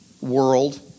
world